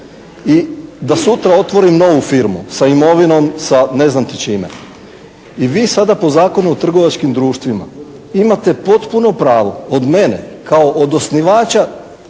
i da sutra otvorim novu firmu sa imovinom, sa ne znam čime. I vi sada po Zakonu o trgovačkim društvima imate potpuno pravo od mene kao od osnivača